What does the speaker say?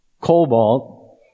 Cobalt